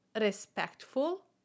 respectful